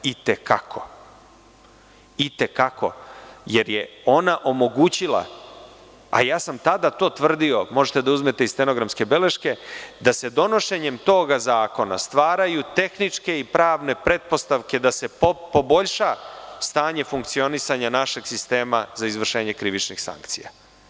I te kako, jer je ona omogućila, a ja sam tada to tvrdio, možete da uzmete i stenogramske beleške, da se donošenjem tog zakona stvaraju tehničke i pravne pretpostavke da se poboljša stanje funkcionisanja našeg sistema za izvršenje krivičnih sankcija.